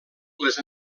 les